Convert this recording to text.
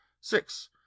six